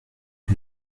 que